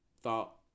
thought